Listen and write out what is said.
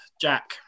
Jack